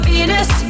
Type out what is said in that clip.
Venus